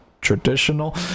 traditional